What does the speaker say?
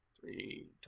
three